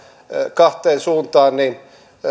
kahteen suuntaan